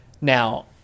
Now